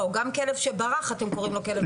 לא, גם כלב שברח אתם קוראים לו כלב משוטט.